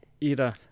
era